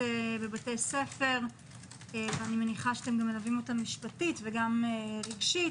בבתי ספר ואני מניחה שאתם מלווים אותם משפטית ורגשית.